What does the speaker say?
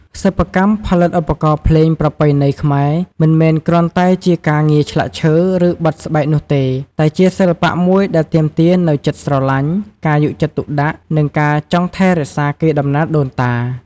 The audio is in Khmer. សិប្បកម្មផលិតឧបករណ៍ភ្លេងប្រពៃណីខ្មែរ មិនមែនគ្រាន់តែជាការងារឆ្លាក់ឈើ ឬបិទស្បែកនោះទេ តែជាសិល្បៈមួយដែលទាមទារនូវចិត្តស្រឡាញ់ ការយកចិត្តទុកដាក់ និងការចង់ថែរក្សាកេរដំណែលដូនតា។